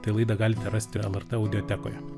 tai laidą galite rasti lrt audiotekoje